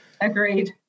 agreed